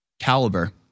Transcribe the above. caliber